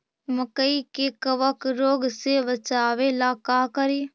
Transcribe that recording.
मकई के कबक रोग से बचाबे ला का करि?